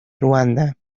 ruanda